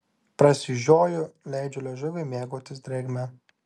prasižioju leidžiu liežuviui mėgautis drėgme